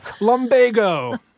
Lumbago